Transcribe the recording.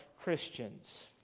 Christians